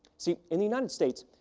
so, in the united states,